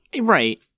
Right